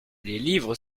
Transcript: livres